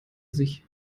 sich